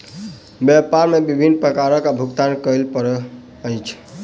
व्यापार मे विभिन्न प्रकारक कर भुगतान करय पड़ैत अछि